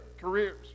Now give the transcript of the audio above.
careers